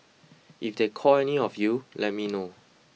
if they call any of you let me know